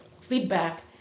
feedback